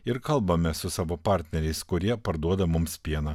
ir kalbame su savo partneriais kurie parduoda mums pieną